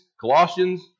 Colossians